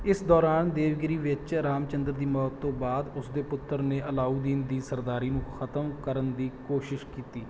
ਇਸ ਦੌਰਾਨ ਦੇਵਗਿਰੀ ਵਿੱਚ ਰਾਮਚੰਦਰ ਦੀ ਮੌਤ ਤੋਂ ਬਾਅਦ ਉਸ ਦੇ ਪੁੱਤਰ ਨੇ ਅਲਾਊਦੀਨ ਦੀ ਸਰਦਾਰੀ ਨੂੰ ਖ਼ਤਮ ਕਰਨ ਦੀ ਕੋਸ਼ਿਸ਼ ਕੀਤੀ